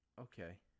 okay